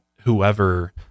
whoever